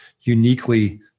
uniquely